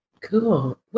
Cool